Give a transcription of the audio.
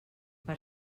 per